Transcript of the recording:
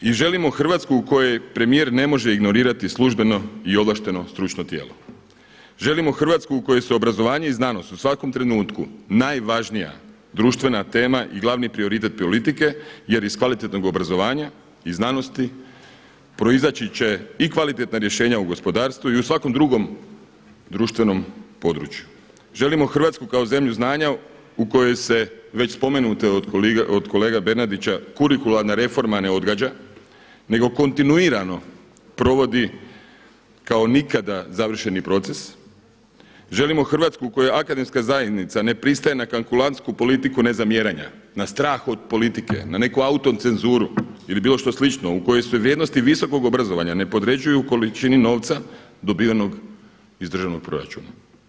I želimo Hrvatsku u kojoj premijer ne može ignorirati službeno i ovlašteno stručno tijelo, želimo Hrvatsku u kojoj su obrazovanje i znanost u svakom trenutku najvažnija društvena tema i glavni prioritet politike jer iz kvalitetnog obrazovanja i znanosti proizaći će i kvalitetna rješenja u gospodarstvu i u svakom drugom društvenom području, želimo Hrvatsku kao zemlju znanja u kojoj se već spomenute od kolege Bernardića kurikularna reforma ne odgađa nego kontinuirano provodi kao nikada završeni proces, želimo Hrvatsku u kojoj akademska zajednica ne pristaje na kalkulatnsku politiku nezamijeranja, na strah od politike, na neku autocenzuru ili bilo slično u kojoj se vrijednosti visokog obrazovanja ne podređuju količini novca dobivenoj iz državnog proračuna.